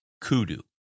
kudu